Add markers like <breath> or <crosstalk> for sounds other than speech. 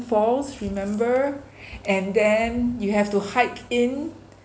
falls remember <breath> and then you have to hike in